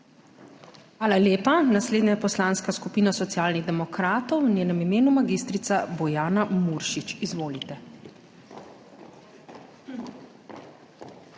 Hvala lepa. Naslednja je Poslanska skupina Socialnih demokratov, v njenem imenu mag. Bojana Muršič. Izvolite.